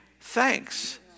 thanks